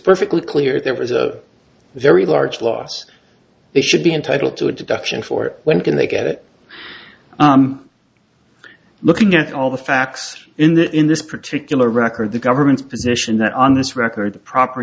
perfectly clear there was a very large loss they should be entitled to a deduction for when can they get it looking at all the facts in the in this particular record the government's position that on this record the proper